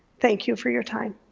thank you for your time.